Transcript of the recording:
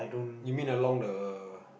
you mean along the